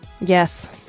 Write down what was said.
Yes